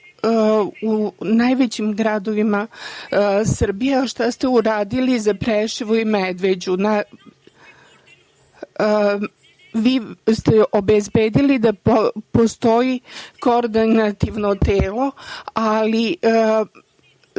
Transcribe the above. u najvećim gradovima Srbije. Šta ste uradili za Preševo i Medveđu? Vi ste obezbedili da postoji Koordinaciono telo, ali